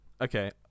Okay